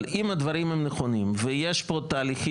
אבל אם הדברים הם נכונים ויש פה תהליכים,